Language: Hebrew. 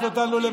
שחצן ויהיר.